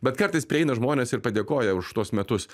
bet kartais prieina žmonės ir padėkoja už tuos metus